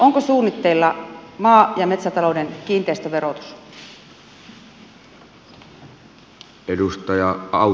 onko suunnitteilla maa ja metsätalouden kiinteistöverotus